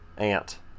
Ant